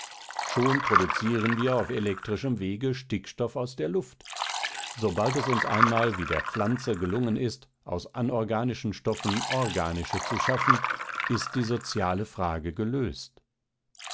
schon produzieren wir auf elektrischem wege stickstoff aus der luft sobald es uns einmal wie der pflanze gelungen ist aus anorganischen stoffen organische zu schaffen ist die soziale frage gelöst